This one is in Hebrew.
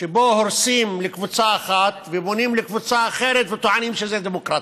שבו הורסים לקבוצה אחת ובונים לקבוצה אחרת וטוענים שזאת דמוקרטיה.